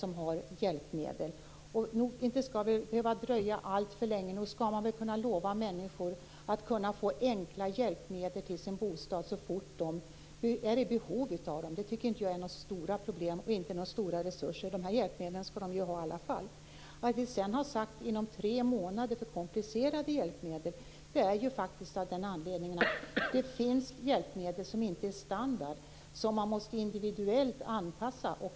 Det skall väl inte behöva dröja alltför länge, utan man skall kunna lova människor att få enkla hjälpmedel till sin bostad så fort de är i behov av dem. Jag tycker inte att det är några stora problem, och det gäller inte stora resurser. Dessa hjälpmedel skall de ha i alla fall. Anledningen till att vi har sagt att komplicerade hjälpmedel skall erbjudas inom tre månader är att det finns hjälpmedel som inte är standard och som måste anpassas individuellt.